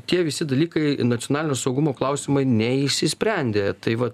tie visi dalykai nacionalinio saugumo klausimai neišsisprendė tai va